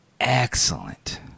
Excellent